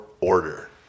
order